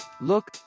Look